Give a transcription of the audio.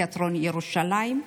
בתיאטרון ירושלים,